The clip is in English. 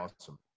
Awesome